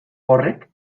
horrek